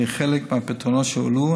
כחלק מהפתרונות שהועלו,